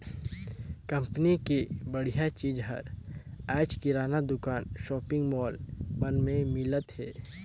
company के बड़िहा चीज हर आयज किराना दुकान, सॉपिंग मॉल मन में मिलत हे